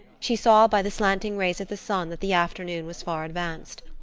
she saw by the slanting rays of the sun that the afternoon was far advanced.